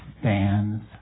stands